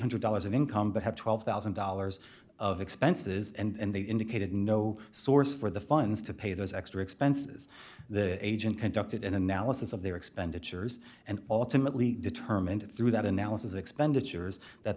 hundred dollars of income but had twelve thousand dollars of expenses and they indicated no source for the funds to pay those extra expenses the agent conducted an analysis of their expenditures and ultimately determined through that analysis expenditures that